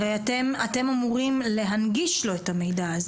הרי אתם אמורים להנגיש לו את המידע הזה.